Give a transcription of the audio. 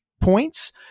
points